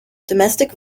domestic